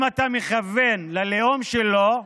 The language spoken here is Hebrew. אם אתה מכוון ללאום שלו,